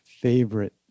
favorite